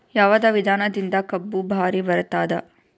ಯಾವದ ವಿಧಾನದಿಂದ ಕಬ್ಬು ಭಾರಿ ಬರತ್ತಾದ?